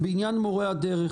בעניין מורי הדרך,